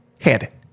head